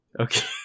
Okay